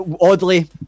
Oddly